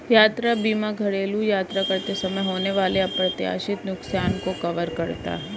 यात्रा बीमा घरेलू यात्रा करते समय होने वाले अप्रत्याशित नुकसान को कवर करता है